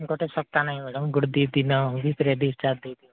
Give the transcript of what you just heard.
ଗୋଟେ ସପ୍ତାହ ନାଇଁ ମ୍ୟାଡ଼ାମ୍ ଗୋଟେ ଦୁଇଦିନ ଭିତରେ ଡିସ୍ଚାର୍ଜ ଦେଇ ଦିଅ